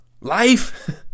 Life